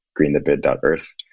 greenthebid.earth